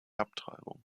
abtreibung